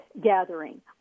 Gathering